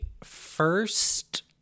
first